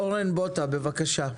אורן בוטא, בבקשה.